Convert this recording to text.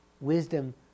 wisdom